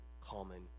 common